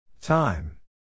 Time